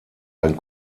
ein